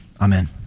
Amen